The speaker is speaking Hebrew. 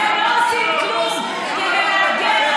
אתם לא עושים כלום כדי להגן,